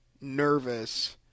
nervous